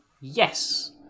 yes